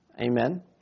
amen